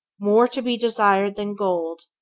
more to be desired than gold